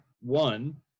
One